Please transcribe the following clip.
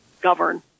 govern